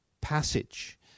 passage